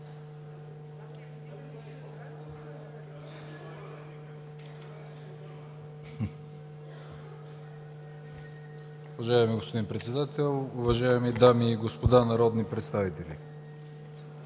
уважаеми дами и господа народни представители!